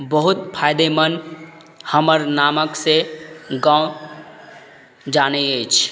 बहुत फायदेमन्द हमर नामकसँ गाँव जानय अछि